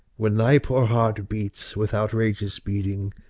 when thy poor heart beats with outrageous beating,